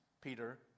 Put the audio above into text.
Peter